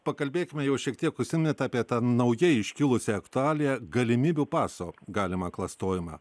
pakalbėkime jau šiek tiek užsiminėt apie tą naujai iškilusi aktualija galimybių paso galimą klastojimą